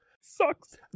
Sucks